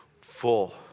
full